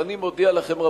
אבל אני מודיע לכם,